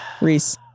Reese